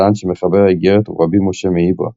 וטען שמחבר האיגרת הוא רבי משה מאיברא,